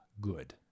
good